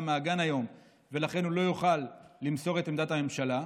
מהגן היום ולכן הוא לא יוכל למסור את עמדת הממשלה.